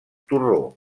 torró